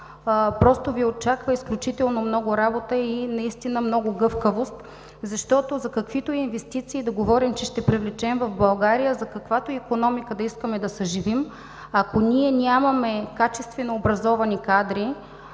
просто Ви очаква изключително много работа и много гъвкавост, защото за каквито и инвестиции да говорим, че ще привлечем в България, за каквато и икономика да искаме да съживим, ако нямаме качествено образовани кадри,